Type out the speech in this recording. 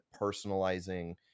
personalizing